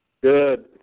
Good